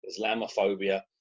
Islamophobia